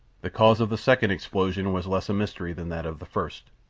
the cause of the second explosion was less a mystery than that of the first,